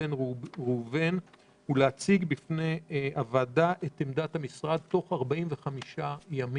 בן ראובן ולהציג בפני הוועדה את עמדת המשרד תוך 45 ימים.